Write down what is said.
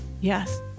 Yes